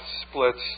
splits